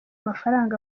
mafaranga